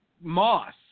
moss